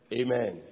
amen